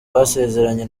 basezeranye